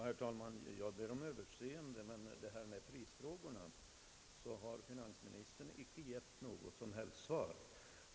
Herr talman! Jag ber om överseende med att jag åter tar till orda, men beträffande prisfrågorna har finansministern inte gett något som helst svar.